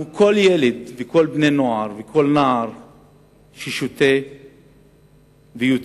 כל ילד וכל נער ששותה ויוצא,